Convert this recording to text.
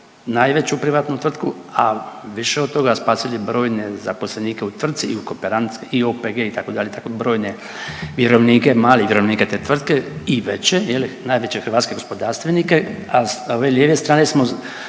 najveću privatnu tvrtku, a više od toga spasili brojne zaposlenike u tvrtci i OPG itd. itd. Brojne vjerovnika malih vjerovnika te tvrtke i veće, je li najveće hrvatske gospodarstvenike, a sa ove lijeve strane smo